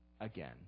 again